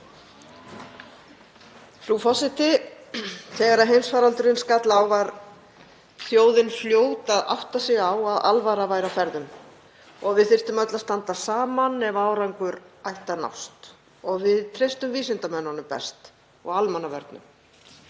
þjóðin fljót að átta sig á að alvara væri á ferðum og að við þyrftum öll að standa saman ef árangur ætti að nást. Við treystum vísindamönnunum best og almannavörnum.